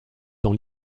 dans